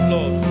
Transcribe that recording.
Lord